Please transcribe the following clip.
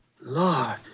Lord